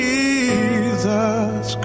Jesus